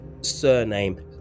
surname